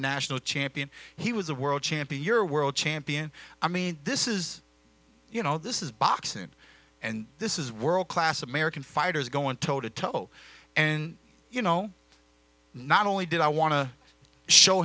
national champion he was a world champion your world champion i mean this is you know this is boxing and this is world class american fighters going toe to toe and you know not only did i want to show